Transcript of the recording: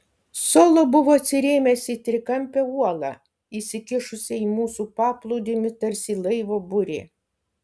solo buvo atsirėmęs į trikampę uolą išsikišusią į mūsų paplūdimį tarsi laivo burė